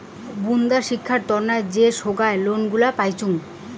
বুন্দা শিক্ষার তন্ন যে সোগায় লোন গুলা পাইচুঙ